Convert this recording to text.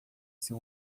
seu